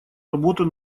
работу